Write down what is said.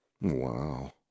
wow